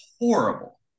horrible